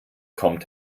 kommt